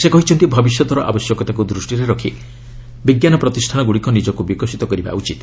ସେ କହିଛନ୍ତି ଭବିଷ୍ୟତର ଆବଶ୍ୟକତାକୁ ଦୃଷ୍ଟିରେ ରଖି ବିଜ୍ଞାନ ପ୍ରତିଷ୍ଠାନଗୁଡ଼ିକ ନିଜକୁ ବିକଶିତ କରିବା ଉଚିତ